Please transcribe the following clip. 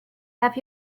have